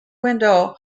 window